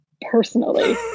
personally